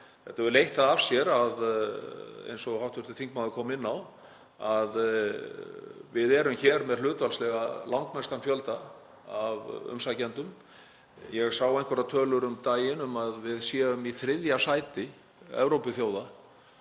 Þetta hefur leitt það af sér, eins og hv. þingmaður kom inn á, að við erum hér með hlutfallslega langmestan fjölda af umsækjendum. Ég sá einhverjar tölur um daginn um að við séum í þriðja sæti Evrópuþjóða